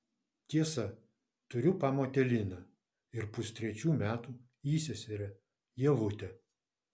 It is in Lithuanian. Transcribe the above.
tiesa turiu pamotę liną ir pustrečių metų įseserę ievutę